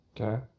okay